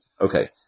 Okay